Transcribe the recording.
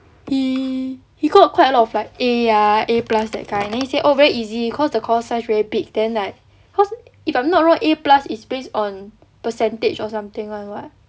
he he got quite a lot of like A ah A plus that kind then he say oh very easy cause the course size very big then like cause if I'm not wrong A plus is based on percentage or something [one] [what]